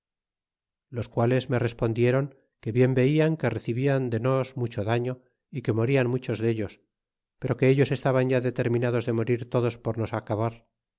los mudes me respondieron que bien velan que recebian de nos mucho darlo y que rumian muchos de ellos pero que ellos estaban ya determinados de mo rir todos por nos acabar